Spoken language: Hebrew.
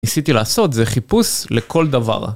ניסיתי לעשות, זה חיפוש לכל דבר.